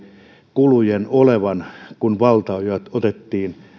kulujen olevan kun valtaojat otettiin